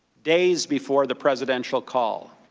days before the presidential call.